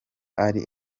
ari